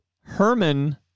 Herman